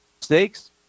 mistakes